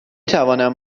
توانم